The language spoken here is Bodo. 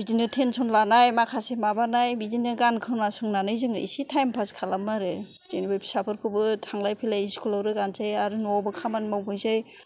बिदिनो थेनसन लानाय माखासे माबानाय बिदिनो गान खोनासंनानै जोङो एसे थाइम फास खालामो आरो जेनबा फिसा फोरखौबो थांलाय फैलाय स्कुलाव रोगानोसै आरो न'आवबो खामानि मावफैसै